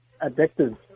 addicted